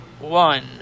one